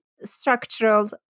structural